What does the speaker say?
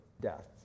death